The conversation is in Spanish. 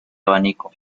abanico